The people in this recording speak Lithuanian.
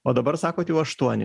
o dabar sakot jau aštuoni